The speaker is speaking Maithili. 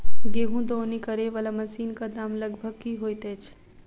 गेंहूँ दौनी करै वला मशीन कऽ दाम लगभग की होइत अछि?